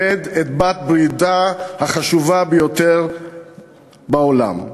לאבד את בת-בריתה החשובה ביותר בעולם.